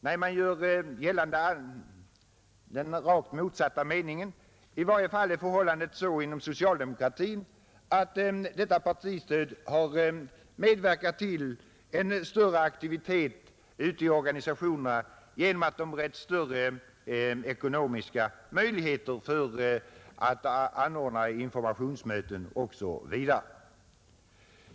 Nej, man gör gällande den rakt motsatta meningen — i varje fall är förhållandet sådant inom socialdemokratin — att detta partistöd har medverkat till en större aktivitet ute i organisationerna genom att de beretts större ekonomiska möjligheter att anordna informationsmöten osv.